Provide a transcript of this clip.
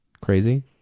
crazy